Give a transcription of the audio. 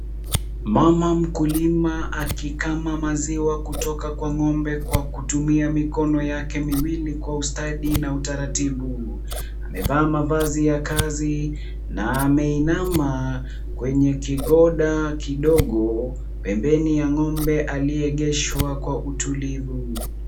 Mama mkulima akikama maziwa kutoka kwa ng'ombe, kwa kutumia mikono yake miwili kwa ustadi na utaratibu. Amevaa mavazi ya kazi na ameinama kwenye kigonda kidogo pembeni ya ng'ombe aliyeegeshwa kwa utulivu.